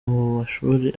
mashuri